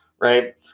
right